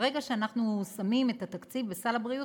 ברגע שאנחנו שמים את התקציב בסל הבריאות,